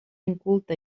inculte